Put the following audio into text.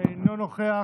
אינו נוכח.